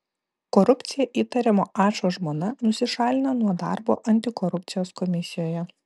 korupcija įtariamo ačo žmona nusišalina nuo darbo antikorupcijos komisijoje